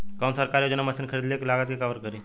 कौन सरकारी योजना मशीन खरीदले के लागत के कवर करीं?